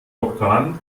doktorand